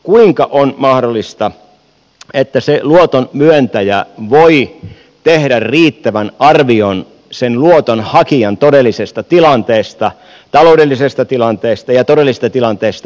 kuinka on mahdollista että se luoton myöntäjä voi tehdä riittävän arvion luotonhakijan todellisesta tilanteesta taloudellisesta tilanteesta ja todellisesta tilanteesta